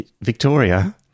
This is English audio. Victoria